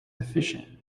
efficient